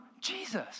Jesus